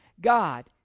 God